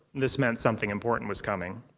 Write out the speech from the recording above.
this meant something important was coming.